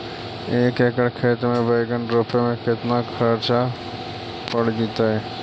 एक एकड़ खेत में बैंगन रोपे में केतना ख़र्चा पड़ जितै?